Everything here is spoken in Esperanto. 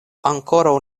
ankoraŭ